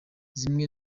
zimwe